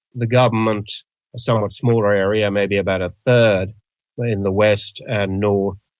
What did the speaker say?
the government a somewhat smaller area, maybe about a third in the west and north,